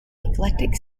eclectic